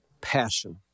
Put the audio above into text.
passion